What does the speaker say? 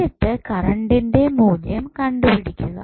എന്നിട്ട് കറണ്ടിന്റെ മൂല്യം കണ്ടുപിടിക്കുക